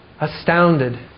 astounded